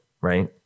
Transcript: right